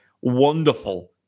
wonderful